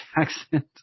accent